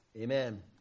amen